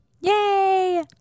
Yay